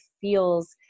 feels